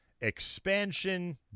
expansion